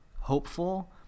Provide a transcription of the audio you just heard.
hopeful